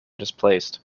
displaced